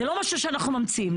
זה לא משהו שאנחנו ממציאים.